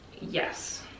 yes